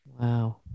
Wow